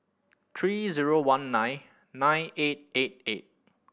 three zero one nine nine eight eight eight